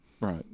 right